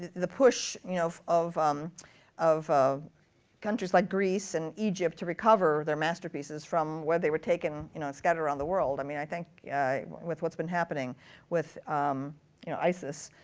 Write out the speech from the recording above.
the push you know of um of ah countries like greece and egypt to recover their masterpieces from where they were taken and you know scattered around the world, i mean i think yeah with what's been happening with isis,